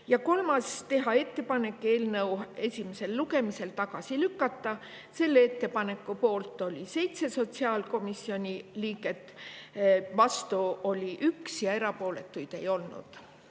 Ja kolmandaks, teha ettepanek eelnõu esimesel lugemisel tagasi lükata, selle ettepaneku poolt oli 7 sotsiaalkomisjoni liiget, vastu oli 1 ja erapooletuid ei olnud.